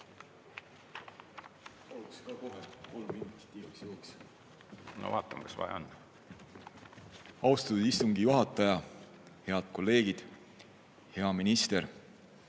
Austatud istungi juhataja! Head kolleegid! Hea minister!